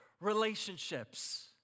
relationships